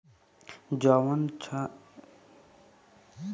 ethnic entrepreneurship में पूंजी के जरूरत होला